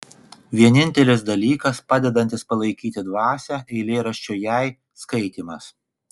vienintelis dalykas padedantis palaikyti dvasią eilėraščio jei skaitymas